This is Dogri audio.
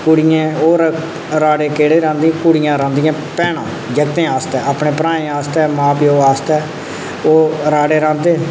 कुड़ियें और राह्ड़े केह्डे़ रांह्दी कुडियां रांह्दियां भैना जागतें आस्तै अपने भ्राएं आस्तै मां प्यो आस्तै ओह् राह्ड़े रांह्दे